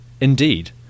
Indeed